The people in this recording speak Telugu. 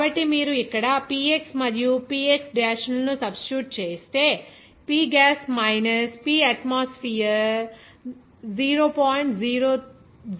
కాబట్టి మీరు ఇక్కడ Px మరియు Px డాష్లను సబ్స్టిట్యూట్ చేస్తే P gas minus P atmosphere 0